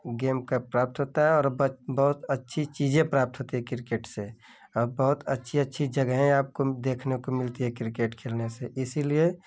game का प्राप्त होता है और बहुत अच्छी चीज़ें प्राप्त होती हे किरकेट से बहुत अच्छी अच्छी जगहें आपको देखने को मिलती हे किरकेट खेलने से इसलिए